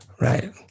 Right